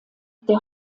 der